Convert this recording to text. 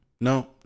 No